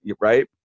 right